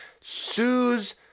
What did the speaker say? sues